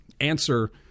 answer